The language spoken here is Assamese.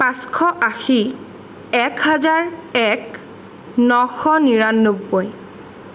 পাঁচশ আশী একহাজাৰ এক নশ নিৰান্নব্বৈ